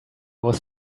was